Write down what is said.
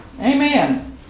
Amen